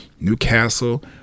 Newcastle